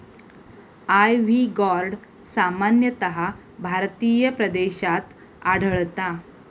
ivy gourd सामान्यतः भारतीय प्रदेशात आढळता